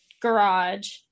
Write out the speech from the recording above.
garage